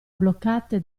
bloccate